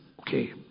Okay